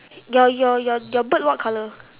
your your your your bird what colour